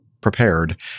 Prepared